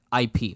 IP